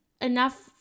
enough